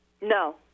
No